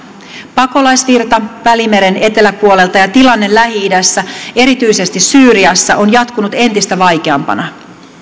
pakolaisvirta välimeren eteläpuolelta ja tilanne lähi idässä erityisesti syyriassa on jatkunut entistä vaikeampana